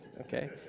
okay